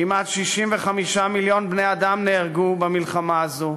כמעט 65 מיליון בני אדם נהרגו במלחמה הזו,